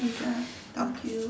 okay uh thank you